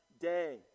day